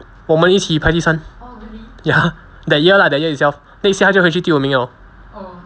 我们一起排第三 ya that year lah that year itself then 下来就回去第五名了